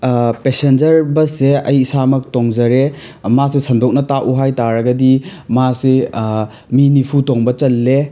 passenger ꯕꯁꯁꯦ ꯑꯩ ꯏꯁꯥꯃꯛ ꯇꯣꯡꯖꯔꯦ ꯃꯥꯁꯦ ꯁꯟꯗꯣꯛꯅ ꯇꯥꯛꯎ ꯍꯥꯏ ꯇꯥꯔꯒꯗꯤ ꯃꯥꯁꯦ ꯃꯤ ꯅꯤꯐꯨ ꯇꯣꯡꯕ ꯆꯜꯂꯦ